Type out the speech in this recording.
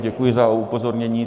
Děkuji za upozornění.